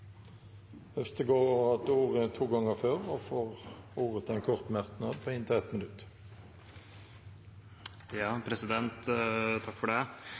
Øvstegård har hatt ordet to ganger tidligere og får ordet til en kort merknad, begrenset til 1 minutt.